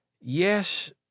yes